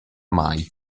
mai